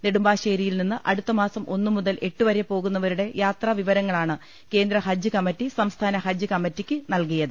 നെടുമ്പാശ്ശേരിയിൽനിന്ന് അടുത്തമാസം ഒന്ന് മുതൽ എട്ട്വരെ പോകുന്നവരുടെ യാത്രാ വിവരങ്ങളാണ് കേന്ദ്ര ഹജ്ജ് കമ്മിറ്റി സംസ്ഥാന ഹജ്ജ് കമ്മറ്റിയ്ക്ക് നൽകിയത്